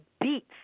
beats